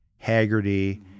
Haggerty